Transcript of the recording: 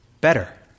better